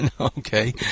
Okay